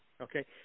okay